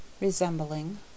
Resembling